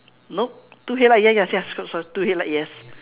nope two headlights ya yes yes sorry sorry two headlights yes